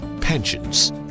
pensions